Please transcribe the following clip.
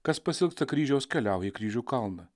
kas pasiilgsta kryžiaus keliauja į kryžių kalną